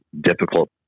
difficult